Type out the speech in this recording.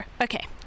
Okay